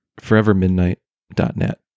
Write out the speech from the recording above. forevermidnight.net